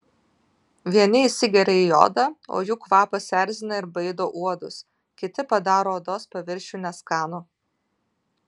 vieni įsigeria į odą o jų kvapas erzina ir baido uodus kiti padaro odos paviršių neskanų